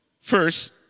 first